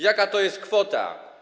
Jaka to jest kwota?